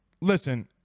listen